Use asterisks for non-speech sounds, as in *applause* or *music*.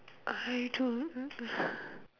I don't *breath*